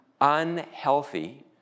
unhealthy